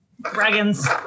Dragons